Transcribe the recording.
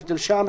מג'דל שמס,